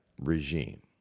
regime